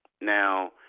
Now